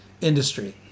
industry